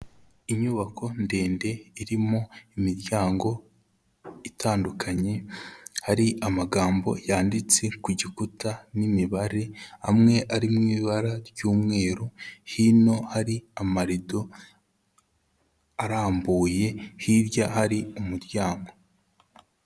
Inyubako ndende irimo imiryango itandukanye, hari amagambo yanditse ku gikuta n'imibare, amwe ari mu ibara ry'umweru, hino hari amarido arambuye, hirya hari umuryango.